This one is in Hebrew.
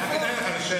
זה נכון.